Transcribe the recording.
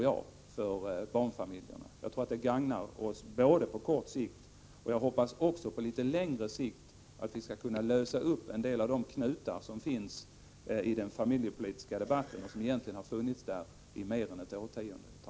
Jag tror att det gagnar oss både på kort sikt och jag hoppas på litet längre sikt om vi kan lösa upp en del av de knutar som finns i den familjepolitiska debatten och som egentligen har funnits där i mer än ett årtionde.